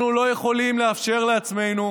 אנחנו לא יכולים לאפשר לעצמנו